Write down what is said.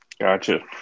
Gotcha